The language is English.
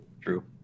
True